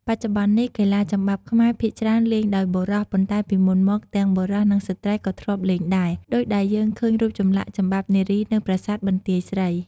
បច្ចុប្បន្ននេះ កីឡាចំបាប់ខ្មែរភាគច្រើនលេងដោយបុរស ប៉ុន្តែពីមុនមក ទាំងបុរស និងស្ត្រីក៏ធ្លាប់លេងដែរ ដូចដែលយើងឃើញរូបចម្លាក់ចំបាប់នារីនៅប្រាសាទបន្ទាយស្រី។